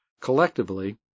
Collectively